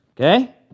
Okay